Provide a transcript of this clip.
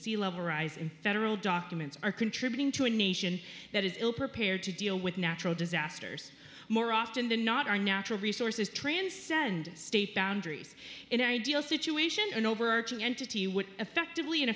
sea level rise in federal documents are contributing to a nation that is ill prepared to deal with natural disasters more often than not our natural resources transcend state boundaries in an ideal situation an overarching entity which effectively and